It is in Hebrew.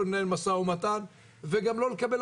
לא לנהל משא ומתן וגם לא לקבל,